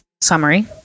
summary